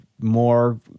more